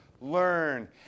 learn